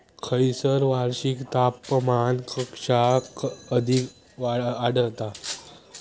खैयसर वार्षिक तापमान कक्षा अधिक आढळता?